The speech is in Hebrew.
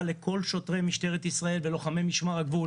לכל שוטרי משטרת ישראל ולוחמי משמר הגבול